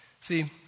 See